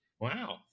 Wow